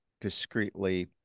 discreetly